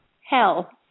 hell